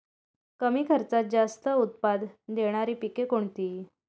कमी खर्चात जास्त उत्पाद देणारी पिके कोणती?